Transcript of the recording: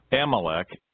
Amalek